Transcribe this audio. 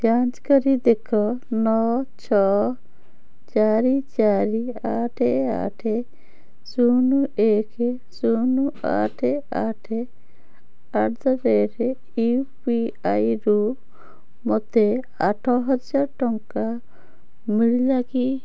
ଯାଞ୍ଚ କରି ଦେଖ ନଅ ଛଅ ଚାରି ଚାରି ଆଠ ଆଠ ଶୂନ ଏକ ଶୂନ ଆଠ ଆଠ at the rate U P I ରୁ ମୋତେ ଆଠହଜାର ଟଙ୍କା ମିଳିଲା କି